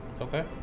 Okay